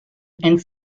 and